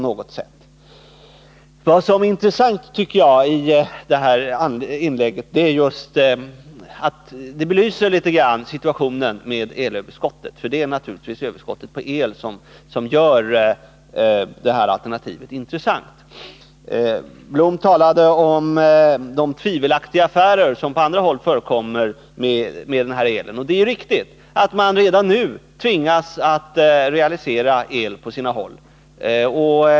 Det intressanta i Lennart Bloms inlägg är att det belyser situationen med elöverskottet — för det är naturligtvis överskottet på el som gör det här alternativet intressant. Lennart Blom talade om de tvivelaktiga affärer som på andra håll förekommer med el. Det är riktigt att man på sina håll redan nu tvingas realisera el.